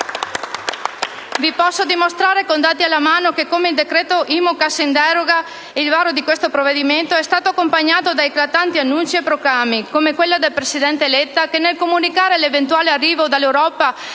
Vi posso dimostrare con dati alla mano che, come per il decreto cosiddetto IMU-cassa in deroga, il varo di questo provvedimento è stato accompagnato da eclatanti annunci e proclami, come quello del presidente Letta che, nel comunicare l'eventuale arrivo dall'Europa